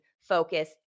focus